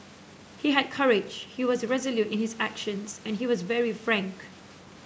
he had courage he was resolute in his actions and he was very frank